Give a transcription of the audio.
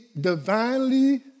divinely